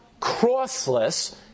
crossless